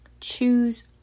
choose